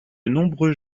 nombreux